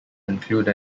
include